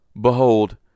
behold